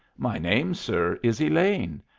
my name, sir, is elaine.